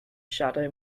shadow